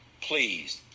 Please